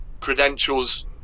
credentials